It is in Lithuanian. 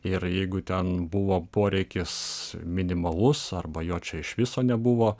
ir jeigu ten buvo poreikis minimalus arba jo čia iš viso nebuvo